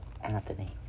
Anthony